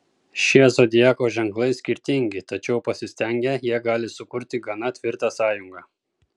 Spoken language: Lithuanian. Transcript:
šie zodiako ženklai skirtingi tačiau pasistengę jie gali sukurti gana tvirtą sąjungą